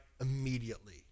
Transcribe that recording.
Immediately